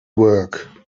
work